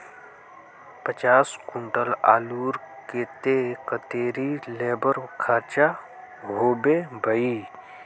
पचास कुंटल आलूर केते कतेरी लेबर खर्चा होबे बई?